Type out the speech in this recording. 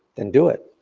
then do it.